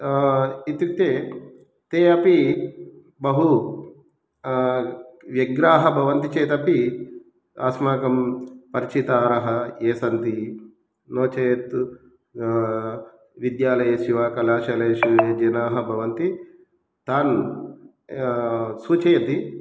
इत्युक्ते ते अपि बहु व्यग्राः भवन्ति चेदपि अस्माकं परिचितारः ये सन्ति नो चेत् विद्यालयस्य वा कलाशालेषु ये जनाः भवन्ति तान् सूचयति